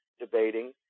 debating